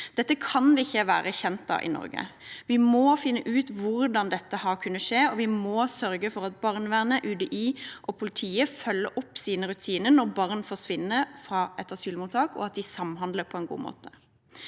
Dette kan vi ikke være bekjent av i Norge. Vi må finne ut hvordan dette har kunnet skje, og vi må sørge for at barnevernet, UDI og politiet følger opp sine rutiner når barn forsvinner fra et asylmottak, og at de samhandler på en god måte.